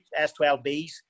S12Bs